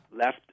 left